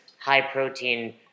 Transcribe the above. high-protein